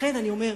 לכן אני אומר,